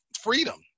freedom